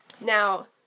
Now